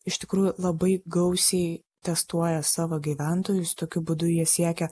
iš tikrųjų labai gausiai testuoja savo gyventojus tokiu būdu jie siekia